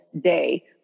day